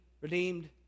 redeemed